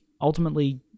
ultimately